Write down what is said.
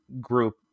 group